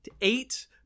eight